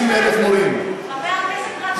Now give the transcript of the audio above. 150,000 מורים,